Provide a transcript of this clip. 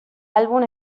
álbum